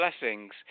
blessings